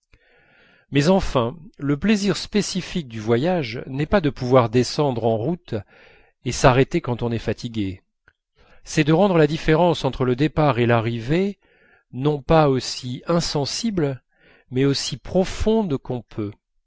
mais enfin le plaisir spécifique du voyage n'est pas de pouvoir descendre en route et de s'arrêter quand on est fatigué c'est de rendre la différence entre le départ et l'arrivée non pas aussi insensible mais aussi profonde qu'on peut